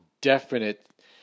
definite